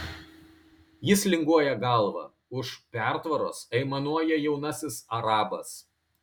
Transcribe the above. jis linguoja galva už pertvaros aimanuoja jaunasis arabas